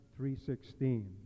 3.16